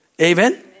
Amen